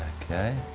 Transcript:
okay.